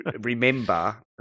remember